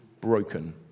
broken